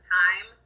time